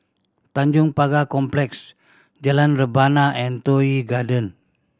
Tanjong Pagar Complex Jalan Rebana and Toh Yi Garden